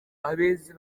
abeza